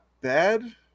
bad